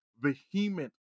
vehement